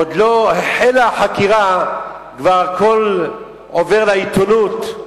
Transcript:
עוד לא החלה החקירה, כבר הכול עובר לעיתונות,